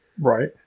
Right